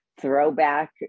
throwback